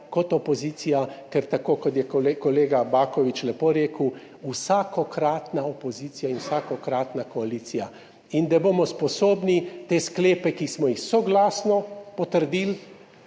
kot opozicija, ker tako, kot je kolega Baković lepo rekel, vsakokratna opozicija in vsakokratna koalicija. In da bomo sposobni te sklepe, ki smo jih soglasno potrdili